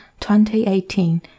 2018